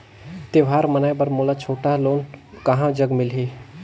त्योहार मनाए बर मोला छोटा लोन कहां जग मिलही?